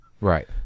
Right